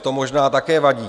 To možná také vadí.